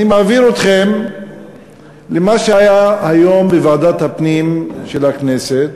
אני מעביר אתכם למה שהיה היום בוועדת הפנים של הכנסת,